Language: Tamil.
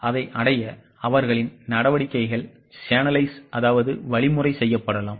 எனவே அதை அடைய அவர்களின் நடவடிக்கைகள் சேனலைஸ் அதாவது வழிமுறை செய்யப்படலாம்